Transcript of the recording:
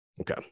okay